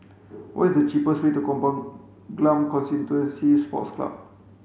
what is the cheapest way to Kampong Glam Constituency Sports Club